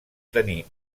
tenir